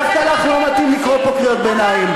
דווקא לך לא מתאים לקרוא פה קריאות ביניים.